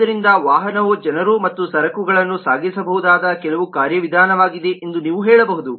ಆದ್ದರಿಂದ ವಾಹನವು ಜನರು ಮತ್ತು ಸರಕುಗಳನ್ನು ಸಾಗಿಸಬಹುದಾದ ಕೆಲವು ಕಾರ್ಯವಿಧಾನವಾಗಿದೆ ಎಂದು ನೀವು ಹೇಳಬಹುದು